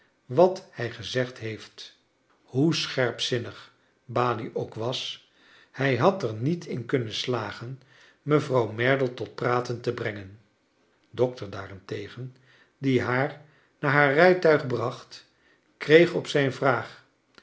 wat hij gezegd heeft hoe scherpzinnig balie ook was hij had er niet in kunnen slagen mevrouw merdle tot praten te brengen dokter daarentegen die haar naar haar rijtuig bracht kreeg op zijn vraag